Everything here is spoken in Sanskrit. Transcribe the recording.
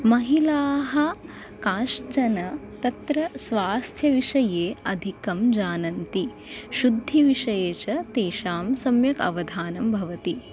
महिलाः काश्चन तत्र स्वास्थ्यविषये अधिकं जानन्ति शुद्धिविषये च तेषां सम्यक् अवधानं भवति